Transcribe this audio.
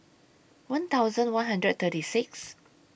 one thousand one hundred and thirty six